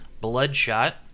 Bloodshot